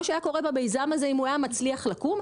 שהיה קורה במיזם הזה אם הוא היה מצליח לקום,